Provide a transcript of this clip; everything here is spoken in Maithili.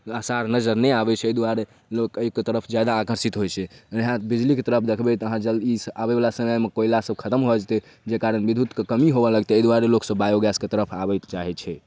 आसार नजर नहि आबै छै एहि दुआरे लोक एहिके तरफ जादा आकर्षित होइ छै यहाँ बिजलीके तरफ देखबै तऽ अहाँ जल्दीसँ आबैवला समयमे कोयलासब खतम भऽ जेतै जाहिकारण विद्युतके कमी हुअऽ लगतै एहि दुआरे लोकसब बायोगैसके तरफ अपन आबैके चाहै छै